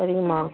சரிங்கம்மா